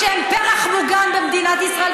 שהם פרח מוגן במדינת ישראל,